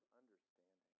understanding